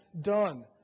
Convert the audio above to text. done